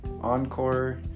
Encore